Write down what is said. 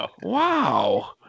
Wow